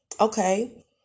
okay